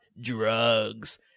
drugs